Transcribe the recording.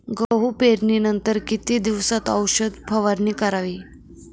गहू पेरणीनंतर किती दिवसात औषध फवारणी करावी?